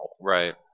right